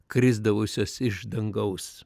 krisdavusios iš dangaus